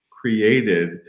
created